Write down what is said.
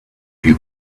few